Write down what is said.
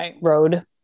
road